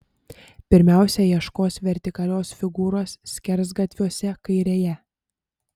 pirmiausia ieškos vertikalios figūros skersgatviuose kairėje